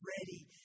ready